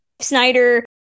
snyder